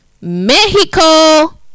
Mexico